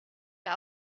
der